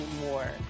more